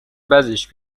بدش